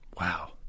Wow